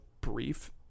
brief